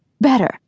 better